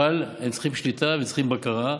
אבל הם צריכים שליטה וצריכים בקרה,